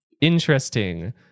interesting